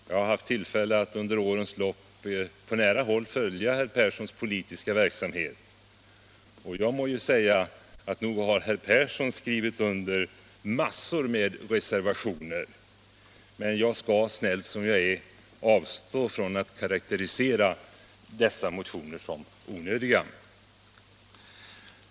Jag har haft tillfälle att under årens lopp på nära håll följa herr Perssons politiska verksamhet, och jag må ju säga att nog har herr Persson skrivit under massor av reservationer. Men jag skall, snäll som jag är, avstå från att karakterisera dessa reservationer som onödiga.